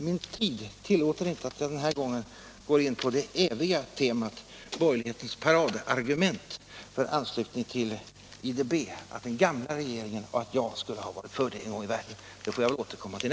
Min tid tillåter inte att jag den här gången går in på det eviga temat att den gamla regeringen och att jag själv skulle ha varit för anslutning till IDB en gång i världen, utan det får jag återkomma till.